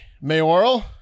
mayoral